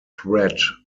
threat